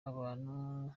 abantu